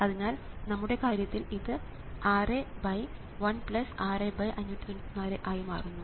അതിനാൽ നമ്മുടെ കാര്യത്തിൽ ഇത് 61 6594 ആയി മാറുന്നു